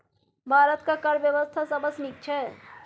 भारतक कर बेबस्था सबसँ नीक छै